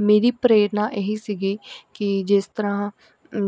ਮੇਰੀ ਪ੍ਰੇਰਨਾ ਇਹੀ ਸੀਗੀ ਕਿ ਜਿਸ ਤਰ੍ਹਾਂ